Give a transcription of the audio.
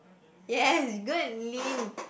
yes you go and lean